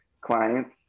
clients